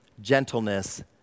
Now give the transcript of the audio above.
gentleness